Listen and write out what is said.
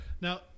Now